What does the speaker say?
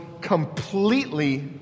completely